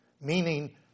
Meaning